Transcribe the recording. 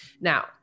Now